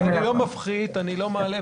אני לא מעלה ולא מפחית, לא מזלזל.